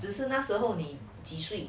只是那时候你几岁